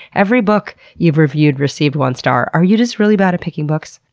every book you've reviewed received one star. are you just really bad at picking books?